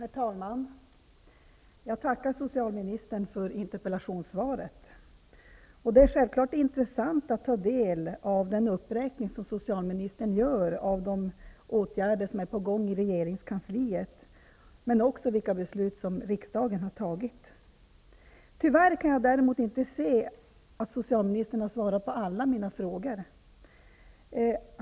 Herr talman! Jag tackar socialministern för interpellationssvaret. Det är självfallet intressant att ta del av den uppräkning som socialministern gör av de åtgärder som är på gång i regeringskansliet och också vilka beslut som riksdagen har fattat. Däremot kan jag inte se att socialministern har svarat på alla mina frågor.